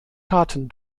taten